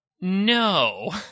No